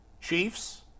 Chiefs